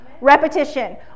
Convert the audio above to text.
repetition